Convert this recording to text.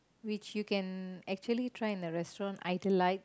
which you can actually try in a restaurant Idealite